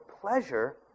pleasure